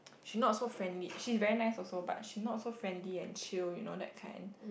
she's not so friendly she's very nice also but she's not so friendly and chill you know that kind